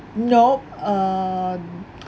nope err